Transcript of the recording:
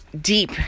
deep